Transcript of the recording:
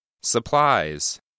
Supplies